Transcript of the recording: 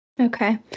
Okay